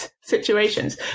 situations